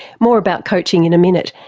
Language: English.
more about coaching in a minute.